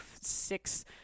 six